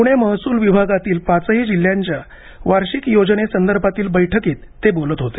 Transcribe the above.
पूणे महसूल विभागातील पाचही जिल्ह्यांच्या वार्षिक योजनेसंदर्भातील बैठकीतते बोलत होते